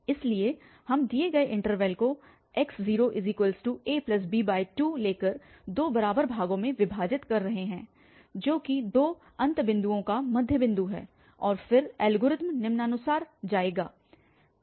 इसलिए हम दिए गए इन्टरवल को x0ab2 लेकर दो बराबर भागों में विभाजित कर रहे हैं जो कि दो अंत बिंदुओं का मध्य बिंदु है और फिर एल्गोरिथ्म निम्नानुसार जाएगा